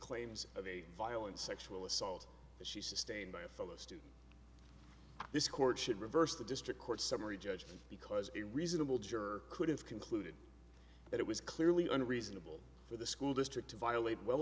claims of a violent sexual assault that she sustained by a fellow student this court should reverse the district court summary judgment because a reasonable juror could have concluded that it was clearly and reasonable for the school district to violate well